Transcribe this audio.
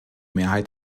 mehrheit